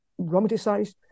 romanticized